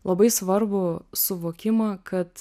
labai svarbų suvokimą kad